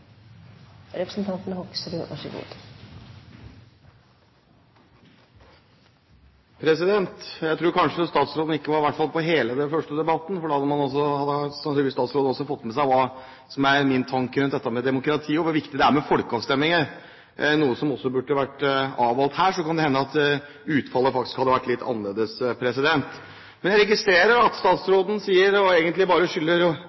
Jeg tror kanskje statsråden ikke var til stede – i hvert fall ikke hele første delen av debatten – for da hadde sannsynligvis statsråden også fått med seg hva som er min tanke rundt dette med demokrati, og hvor viktig det er med folkeavstemninger, noe som også burde ha vært avholdt her. Da kan det hende at utfallet faktisk hadde blitt litt annerledes. Men jeg registrerer at statsråden egentlig bare skylder